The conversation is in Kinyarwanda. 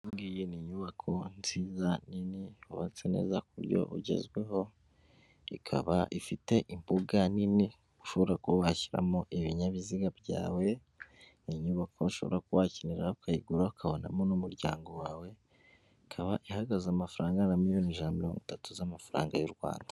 Iyi ngiyi ni inyubako nziza nini yubatse neza ku buryo bugezweho, ikaba ifite imbuga nini ushobora kuba washyiramo ibinyabiziga byawe, ni inyubako ushobora kuba wakenera ukayigura ukabanamo n'umuryango wawe, ikaba ihagaze amafaranga angana na miliyoni ijana na mirongo itatu z'amafaranga y'u Rwanda.